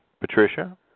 Patricia